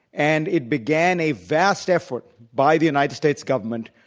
and it began a vast effort by the united states government,